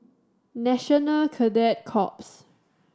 National Cadet Corps